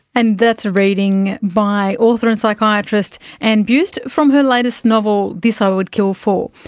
and that's a reading by author and psychiatrist anne buist from her latest novel, this i would kill for.